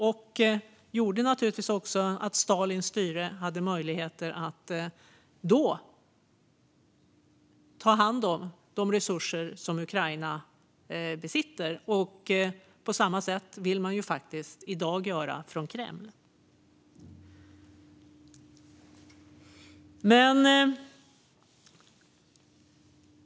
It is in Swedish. Det gjorde naturligtvis också att Stalins styre hade möjligheter att då ta hand om de resurser som Ukraina besitter. På samma sätt vill man i dag göra från Kreml.